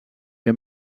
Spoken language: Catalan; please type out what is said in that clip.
que